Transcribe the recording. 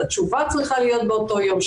התשובה צריכה להיות באותו יום,